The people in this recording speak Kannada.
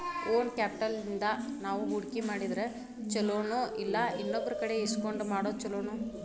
ಓನ್ ಕ್ಯಾಪ್ಟಲ್ ಇಂದಾ ನಾವು ಹೂಡ್ಕಿ ಮಾಡಿದ್ರ ಛಲೊನೊಇಲ್ಲಾ ಇನ್ನೊಬ್ರಕಡೆ ಇಸ್ಕೊಂಡ್ ಮಾಡೊದ್ ಛೊಲೊನೊ?